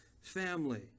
family